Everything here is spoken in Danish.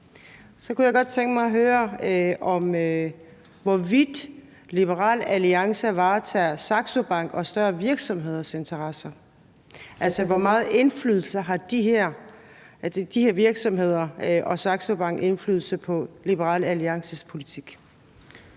Så kunne jeg godt tænke mig at høre om, hvorvidt Liberal Alliance varetager Saxo Bank og større virksomheders interesser. Altså, hvor meget har de her virksomheder og Saxo Bank indflydelse på Liberal Alliances politik?